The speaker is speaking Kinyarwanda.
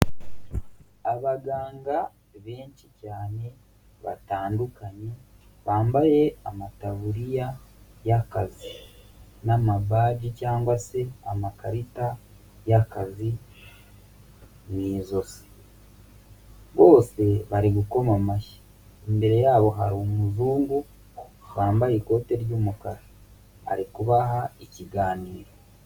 Abaganga benshi cyane batandukanye bambaye amataburiya y'akazi n'amabaji cyangwa se amakarita y'akazi mu izosi, bose bari gukoma amashyi. Imbere yabo hari umuzungu wambaye ikote ry'umukara, ari kubaha ikiganiro.